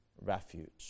refuge